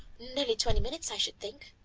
nearly twenty minutes, i should think.